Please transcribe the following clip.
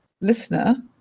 listener